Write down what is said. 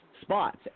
spots